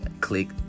click